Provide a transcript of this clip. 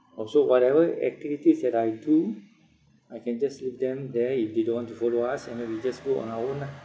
orh so whatever activities that I do I can just leave them there if they don't want to follow us and then we just go on our own ah